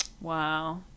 Wow